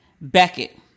Beckett